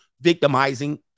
victimizing